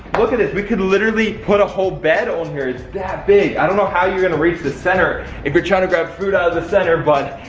look at this. we could literally put a whole bed on here, it's that big. i don't know how you're gonna reach the center. if you're tryna grab food out of the center but,